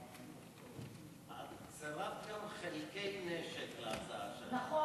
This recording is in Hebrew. את צירפת גם חלקי נשק להצעה שלך.